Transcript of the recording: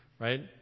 right